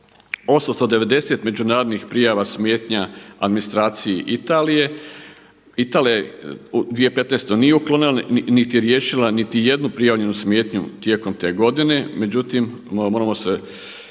890 međunarodnih prijava smetnja administraciji Italije. Italija u 2015. nije uklonila niti riješila niti jednu prijavljenu smetnju tijekom te godine, međutim moram isto